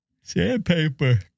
sandpaper